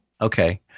Okay